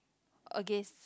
against